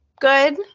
good